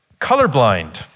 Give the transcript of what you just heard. colorblind